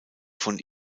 von